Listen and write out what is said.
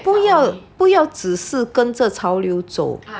不要不要只是跟着潮流走